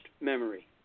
memory